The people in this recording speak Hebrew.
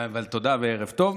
אבל תודה וערב טוב.